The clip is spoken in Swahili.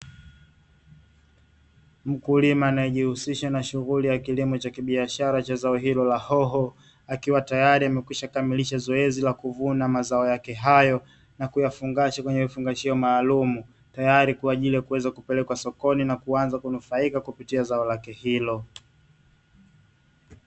Mkulima anayejihusisha na kilimo cha kibiashara aina ya zao hilo la hoho, akiwa tayari amekwisha kamilisha zoezi la kuvuna na kuyafungasha kwenye vifungashio maalumu tayari kwa ajili ya kuweza kupelekwa sokoni na kuanza kunufaika na zao lake hilo.